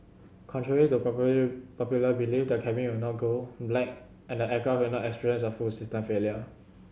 contrary to popular belief that cabin will not go black and the aircraft will not experience a full system failure